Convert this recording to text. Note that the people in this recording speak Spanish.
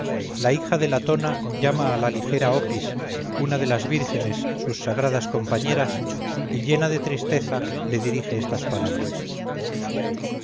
la hija de latona llama a la ligera opis una de las vírgenes sus sagradas compañeras y llena de tristeza le dirige estas palabras